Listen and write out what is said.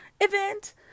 event